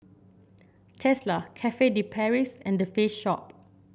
Tesla Cafe De Paris and The Face Shop